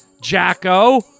Jacko